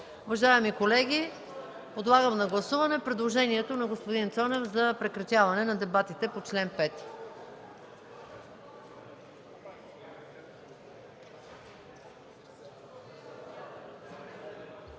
Уважаеми колеги, подлагам на гласуване предложението на господин Цонев за прекратяване на дебатите по чл. 5.